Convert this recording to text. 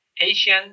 Asian